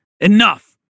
Enough